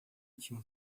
tinha